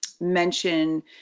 mention –